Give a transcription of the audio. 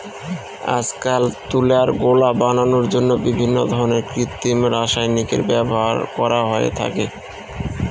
আজকাল তুলার গোলা বানানোর জন্য বিভিন্ন ধরনের কৃত্রিম রাসায়নিকের ব্যবহার করা হয়ে থাকে